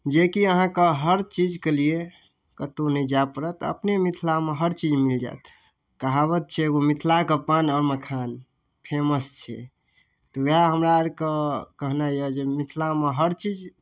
जेकि अहाँकेँ हर चीजके लिए कतहु नहि जाय पड़त अपने मिथिलामे हर चीज मिल जायत कहावत छै एगो मिथिलाके पान आओर मखान फेमस छै तऽ उएह हमरा आओरके कहनाइ यए जे मिथिलामे हर चीज